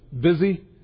busy